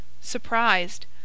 surprised